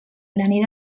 graner